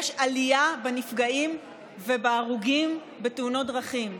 יש עלייה בנפגעים ובהרוגים בתאונות דרכים.